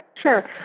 sure